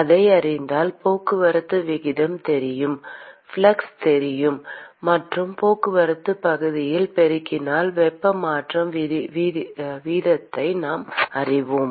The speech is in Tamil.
அதை அறிந்தால் போக்குவரத்து விகிதம் தெரியும் ஃப்ளக்ஸ் தெரியும் மற்றும் போக்குவரத்து பகுதியால் பெருக்கினால் வெப்ப பரிமாற்ற வீதத்தை நாம் அறிவோம்